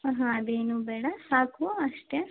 ಹಾಂ ಹಾಂ ಅದೇನೂ ಬೇಡ ಸಾಕು ಅಷ್ಟೇ